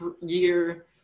year